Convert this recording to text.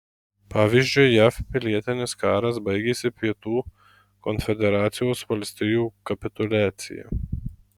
pavyzdžiui jav pilietinis karas baigėsi pietų konfederacijos valstijų kapituliacija